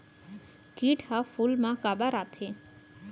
किट ह फूल मा काबर आथे?